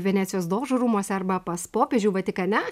venecijos dožų rūmuose arba pas popiežių vatikane